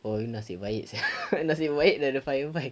oh then nasib baik sia nasib baik ada the fire fight